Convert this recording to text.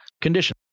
condition